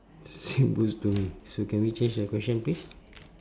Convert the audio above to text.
same words to me so can we change the question please